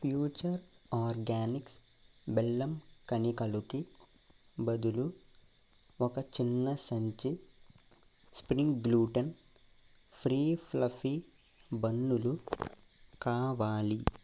future organics బెల్లం కణికలుకి బదులు ఒక చిన్న సంచి స్ప్రింగ్ గ్లూటెన్ ఫ్రీ ఫ్లఫీ బన్నులు కావాలి